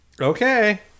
Okay